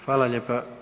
Hvala lijepa.